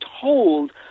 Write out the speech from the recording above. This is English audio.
told